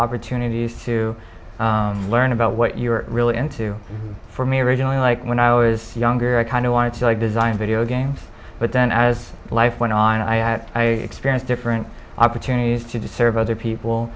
opportunities to learn about what you're really into for me originally like when i was younger i kind of wanted to design video games but then as life went on i experienced different opportunities to disserve other people